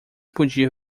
podia